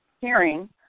Hearing